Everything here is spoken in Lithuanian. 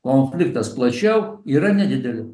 konfliktas plačiau yra nedidelė